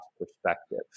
perspective